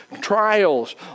trials